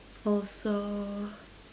also